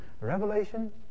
Revelation